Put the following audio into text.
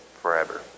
forever